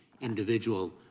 individual